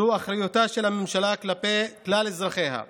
זו אחריותה של הממשלה כלפי כלל אזרחיה.